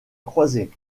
croiser